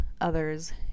others